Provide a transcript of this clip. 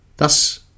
Thus